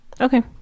Okay